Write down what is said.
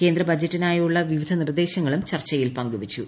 കേന്ദ്ര ബജറ്റിനായുള്ള വിവിധ നിർദ്ദേശങ്ങളും ചർച്ചയിൽ പങ്കുവച്ചു